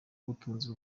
ubutunzi